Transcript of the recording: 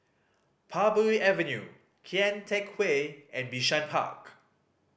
Parbury Avenue Kian Teck Way and Bishan Park